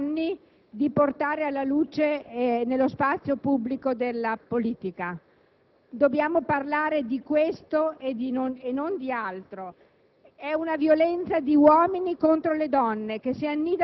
anni abbiamo cercato di portare alla luce nello spazio pubblico della politica. Dobbiamo parlare di questo e non di altro.